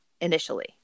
initially